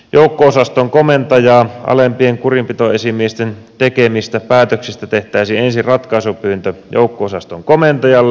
joukko osaston komentajaa alempien kurinpitoesimiesten tekemistä päätöksistä tehtäisiin ensin ratkaisupyyntö joukko osaston komentajalle